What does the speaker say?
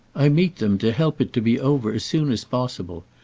i meet them to help it to be over as soon as possible,